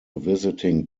visiting